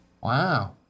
Wow